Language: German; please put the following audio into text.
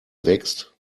wächst